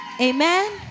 Amen